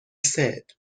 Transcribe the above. said